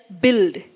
build